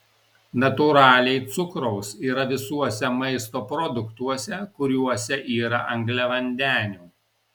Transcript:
natūraliai cukraus yra visuose maisto produktuose kuriuose yra angliavandenių